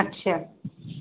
ਅੱਛਾ